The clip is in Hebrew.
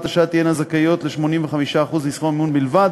השעה תהיינה זכאיות ל-85% מסכום המימון בלבד,